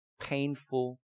painful